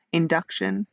induction